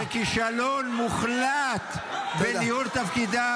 זה כישלון מוחלט בניהול תפקידה